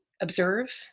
observe